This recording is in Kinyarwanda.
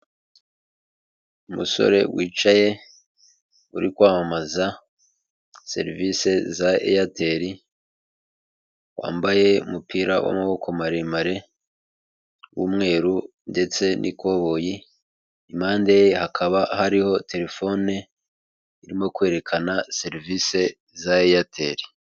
Umusore wicaye uri kwamamaza serivisi za airtel, wambaye umupira w'amaboko maremare w'umweru ndetse n'ikoboyi. Impande ye hakaba hariho telefone irimo kwerekana serivisi za airtel.